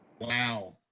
Wow